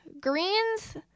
greens